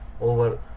over